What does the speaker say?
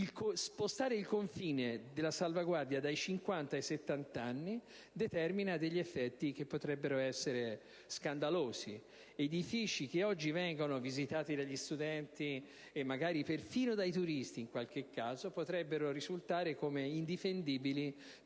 spostare il confine della salvaguardia dai 50 ai 70 anni determina degli effetti che potrebbero essere scandalosi. Edifici che oggi vengono visitati dagli studenti, e magari persino dai turisti, in qualche caso, potrebbero risultare come indifendibili,